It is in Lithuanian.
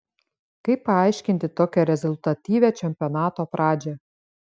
kaip paaiškinti tokią rezultatyvią čempionato pradžią